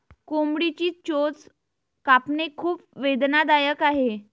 कोंबडीची चोच कापणे खूप वेदनादायक आहे